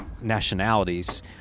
Nationalities